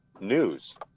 news